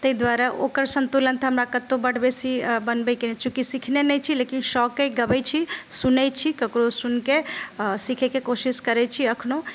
ताहि दुआरे ओकर संतुलन तऽ हमरा कत्तौ बड्ड बेसी बनबैके चूँकि सिखने नहि छी शौक अछि गबै छी सुनै छी ककरोसँ सुनिके सीखैके कोशिश करै छी अखनो